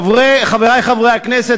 חברי חברי הכנסת,